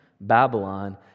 Babylon